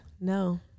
No